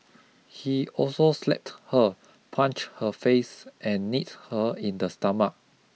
he also slapped her punched her face and kneed her in the stomach